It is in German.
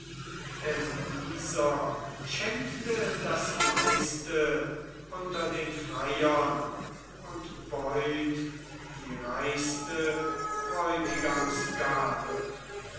denn dieser schenkte das meiste unter den freiern und beut die reichste bräutigamsgabe